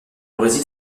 brésil